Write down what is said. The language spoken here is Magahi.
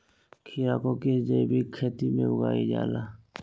खीरा को किस जैविक खेती में उगाई जाला?